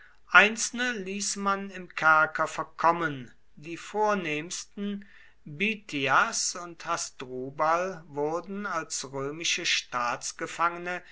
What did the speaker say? einzelne ließ man im kerker verkommen die vornehmsten bithyas und hasdrubal wurden als römische